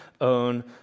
own